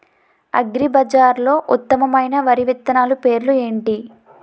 అగ్రిబజార్లో ఉత్తమమైన వరి విత్తనాలు పేర్లు ఏంటి?